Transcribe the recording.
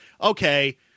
okay